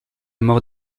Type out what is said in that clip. mort